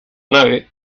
nave